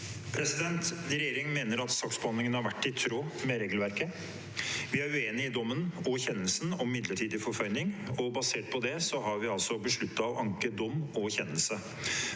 Regjeringen me- ner at saksbehandlingen har vært i tråd med regelverket. Vi er uenig i dommen og kjennelsen om midlerti dig forføyning, og basert på det har vi altså besluttet å anke dom og kjennelse.